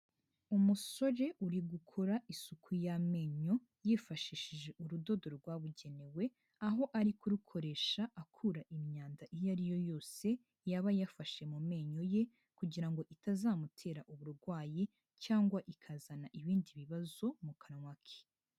Umusore uri gukora isuku y'amenyo yifashishije urudodo rwabugenewe, aho ari kurukoresha akura imyanda iyo ari yo yose yaba yafashe mu menyo ye kugira ngo itazamutera uburwayi cyangwa ikazana ibindi bibazo mu kanwa ke.